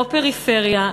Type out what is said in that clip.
לא בפריפריה,